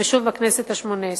ושוב בכנסת השמונה-עשרה.